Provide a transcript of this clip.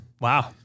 Wow